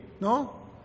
No